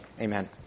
amen